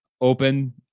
open